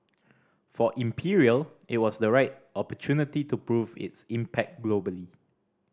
for Imperial it was the right opportunity to prove its impact globally